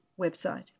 website